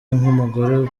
nk’umugore